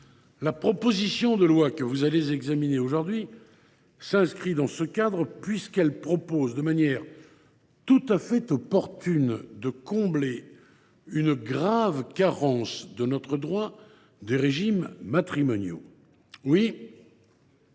La proposition de loi que vous allez examiner s’inscrit dans ce cadre, puisqu’elle vise de manière tout à fait opportune à combler une grave carence de notre droit des régimes matrimoniaux. Je